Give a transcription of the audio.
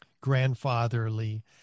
grandfatherly